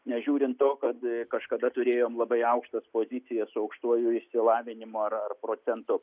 nežiūrint to kad kažkada turėjom labai aukštas pozicijas su aukštuoju išsilavinimu ar ar procentu